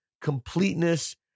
completeness